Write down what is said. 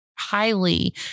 highly